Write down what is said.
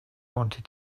wanted